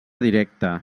directe